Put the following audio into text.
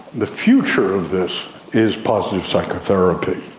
the future of this is positive psychotherapy,